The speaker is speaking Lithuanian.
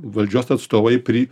valdžios atstovai pri